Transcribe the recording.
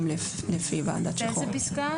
באיזה פסקה